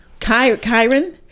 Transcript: kyron